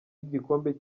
y’igikombe